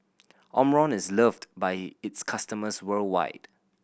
omron is loved by its customers worldwide